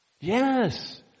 Yes